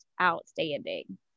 outstanding